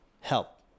help